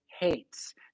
hates